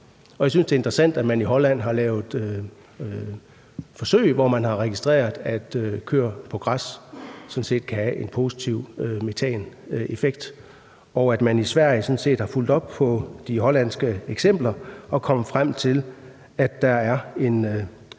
og jeg synes, at det er interessant, at man i Holland har lavet forsøg, hvor man har registreret, at køer på græs sådan set kan have en positiv metaneffekt, og at man i Sverige sådan set har fulgt op på de hollandske eksempler og er kommet frem til, at der er en